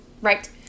Right